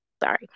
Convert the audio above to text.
Sorry